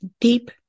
deep